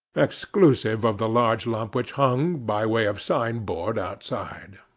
exclusive of the large lump which hung, by way of sign-board, outside.